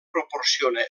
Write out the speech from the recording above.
proporciona